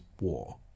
war